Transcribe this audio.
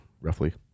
roughly